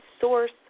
source